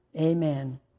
Amen